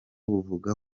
buvuga